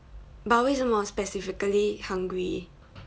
but 为什么 specifically hungary